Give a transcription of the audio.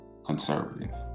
Conservative